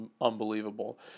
unbelievable